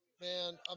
Man